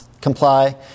comply